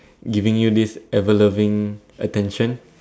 giving you this ever loving attention